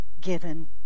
Given